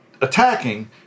attacking